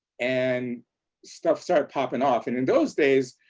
and stuff started popping off. and in those days,